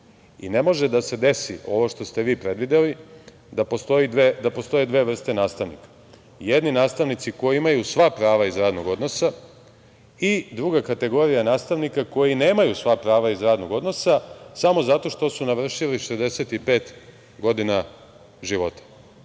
i ne može da se desi ovo što ste vi predvideli, da postoje dve vrste nastavnika. Jedni nastavnici koji imaju sva prava iz radnog odnosa i druga kategorija nastavnika koji nemaju sva prava iz radnog odnosa samo zato što su navršili 65 godina života. Vi